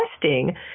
testing